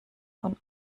von